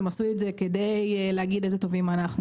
והם עשו את זה כדי להגיד: איזה טובים אנחנו.